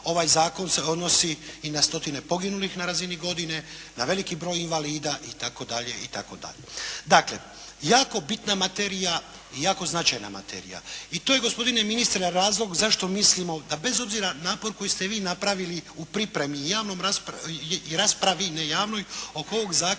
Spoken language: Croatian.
ovaj zakon se odnosi i na stotine poginulih na razini godine, na veliki broj invalida itd. Dakle, jako bitna materija i jako značajna materija. I to je gospodine ministre razlog zašto mislimo da bez obzira napor koji ste vi napravili u pripremi i raspravi, ne javnoj oko ovog zakona